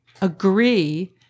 agree